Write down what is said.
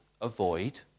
avoid